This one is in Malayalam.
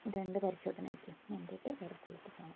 ഈ രണ്ട് പരിശോധനയ്ക്കും വേണ്ടിയിട്ട് വേറെ സ്ഥലത്ത് പോകണം